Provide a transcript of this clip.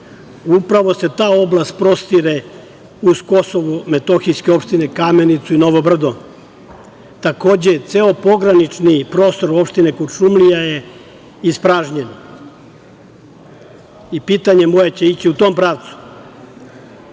Upravo se ta oblast prostire uz Kosovsko Metohijske opštine, Kamenicu, Novo Brdo. Takođe, ceo pogranični prostor opštine Kuršumlija je ispražnjen i pitanje moje će ići u tom